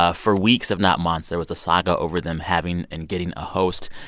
ah for weeks, if not months, there was the saga over them having and getting a host.